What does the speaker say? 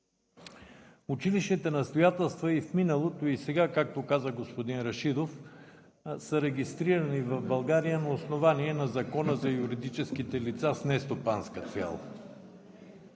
Училищните настоятелства и в миналото, и сега, както каза господин Рашидов, са регистрирани в България на основание на Закона за юридическите лица с нестопанска цел.